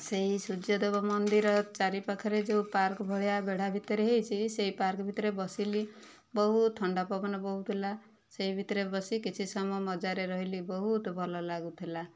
ସେହି ସୂର୍ଯ୍ୟଦେବ ମନ୍ଦିର ଚାରି ପାଖରେ ଯେଉଁ ପାର୍କ ଭଳିଆ ବେଢ଼ା ଭିତରେ ହୋଇଛି ସେହି ପାର୍କ ଭିତରେ ବସିଲି ବହୁତ ଥଣ୍ଡା ପବନ ବହୁଥିଲା ସେ ଭିତରେ ବସି କିଛି ସମୟ ମଜାରେ ରହିଲି ବହୁତ ଭଲ ଲାଗୁଥିଲା